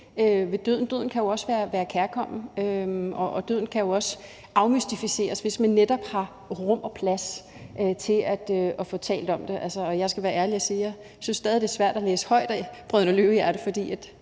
Døden kan jo også være kærkommen, og døden kan jo også afmystificeres, hvis man netop har rum og plads til at få talt om det. Og jeg skal være ærlig og sige, at jeg stadig synes, det er svært at læse højt fra